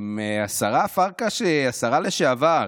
השרה פרקש, השרה לשעבר,